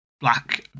black